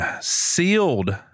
sealed